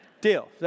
Deal